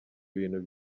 ibintu